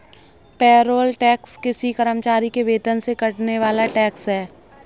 payroll tax किसी कर्मचारी के वेतन से कटने वाला टैक्स है